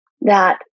that-